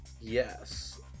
Yes